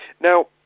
Now